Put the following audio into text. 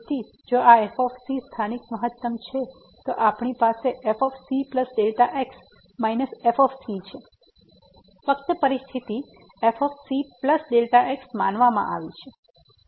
તેથી જો આ f સ્થાનિક મહત્તમ છે તો આપણી પાસે f cx f છે ફક્ત પરિસ્થિતિ f c Δx માનવામાં આવી છે